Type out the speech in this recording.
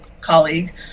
colleague